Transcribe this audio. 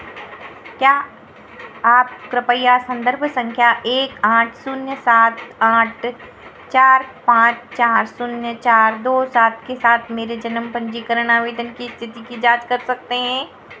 क्या आप कृपया संदर्भ संख्या एक आठ शून्य सात आठ चार पाँच चार शून्य चार दो सात के साथ मेरे जन्म पंजीकरण आवेदन की स्थिति की जाँच कर सकते हैं